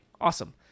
awesome